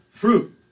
Fruit